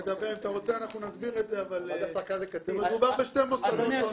אם תרצה, נסביר את זה, מדובר בשני מוסדות שונים.